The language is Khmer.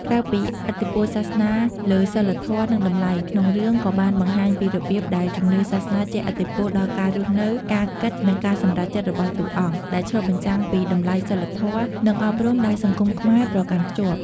ក្រៅពីឥទ្ធិពលសាសនាលើសីលធម៌ និងតម្លៃ ក្នុងរឿងក៏បានបង្ហាញពីរបៀបដែលជំនឿសាសនាជះឥទ្ធិពលដល់ការរស់នៅ ការគិត និងការសម្រេចចិត្តរបស់តួអង្គ ដែលឆ្លុះបញ្ចាំងពីតម្លៃសីលធម៌ និងអប់រំដែលសង្គមខ្មែរប្រកាន់ខ្ជាប់ ។